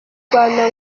rwanda